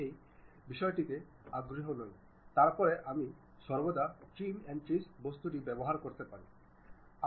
এটি আমাদের বস্তুটি কল্পনা করতে সহায়তা করে